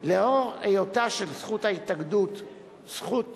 לאור היותה של זכות ההתאגדות זכות